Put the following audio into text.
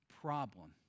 problem